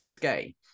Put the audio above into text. gay